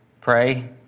pray